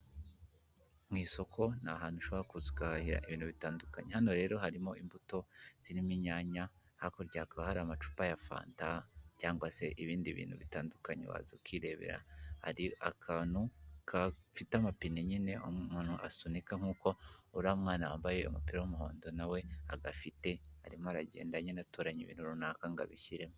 Mu isoko ni ahantutu ushoborahira ibintu bitandukanye, hano rero harimo imbuto zirimo inyanya hakurya hakaba hari amacupa ya fanta cyangwa se ibindi bintu bitandukanye waza ukirebera, hari akantu gafite amapine nyine umuntu asunika nk'uko uriya mwana wambaye umupira w'umuhondo nawe agafite arimo aragenda nyine atoranya ibintu runaka ngo abishyiremo.